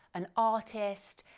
an artist,